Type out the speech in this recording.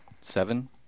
seven